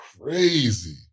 crazy